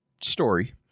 story